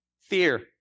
Fear